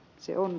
se on